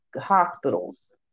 hospitals